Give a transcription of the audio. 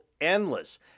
endless